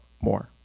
more